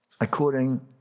according